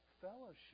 fellowship